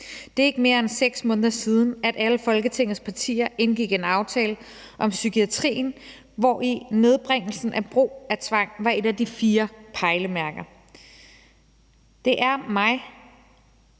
Det er ikke mere end 6 måneder siden, at alle Folketingets partier indgik en aftale om psykiatrien, hvori nedbringelsen af brug af tvang var et af de fire pejlemærker. Det er for